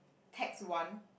text one